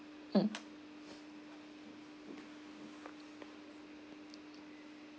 mm